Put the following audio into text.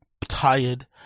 tired